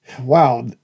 Wow